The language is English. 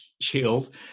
shield